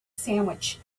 sandwich